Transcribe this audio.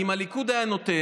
כי אם הליכוד היה נותן,